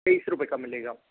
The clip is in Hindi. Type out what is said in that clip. तेईस रुपये का मिलेगा